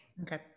Okay